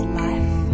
life